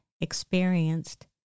experienced